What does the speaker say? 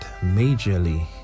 majorly